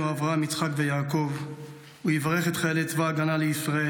אברהם יצחק ויעקב הוא יברך את חיילי צבא ההגנה לישראל